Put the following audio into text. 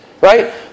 Right